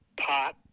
pot